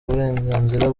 uburenganzira